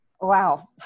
Wow